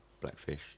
Blackfish